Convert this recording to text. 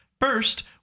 First